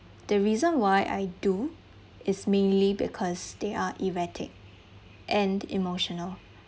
the reason why I do is mainly because they are erratic and emotional